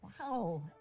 Wow